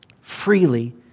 freely